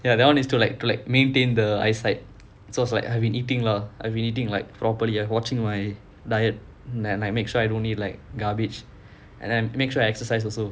ya that [one] is to like to like maintain the eyesight so it's like I've been eating lah I've been eating like properly and watching my diet then I make sure I don't need like garbage and then make sure I exercise also